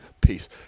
peace